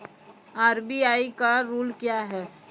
RBI का rule क्या हैं?